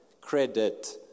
credit